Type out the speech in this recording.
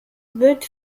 wird